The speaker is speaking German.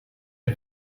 der